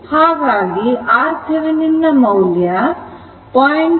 ಹಾಗಾಗಿ RThevenin ಮೌಲ್ಯ 0